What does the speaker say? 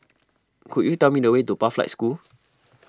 could you tell me the way to Pathlight School